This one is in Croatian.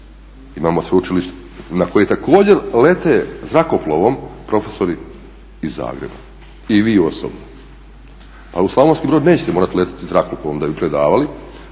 Imam Sveučilište u Mostaru na koje također lete zrakoplovom profesori iz Zagreba i vi osobno. A u Slavonski Brod nećete morati letjeti zrakoplovom, moći ćete